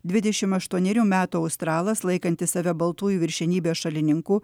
dvidešim aštuonerių metų australas laikantis save baltųjų viršenybės šalininku